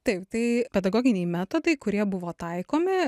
taip tai pedagoginiai metodai kurie buvo taikomi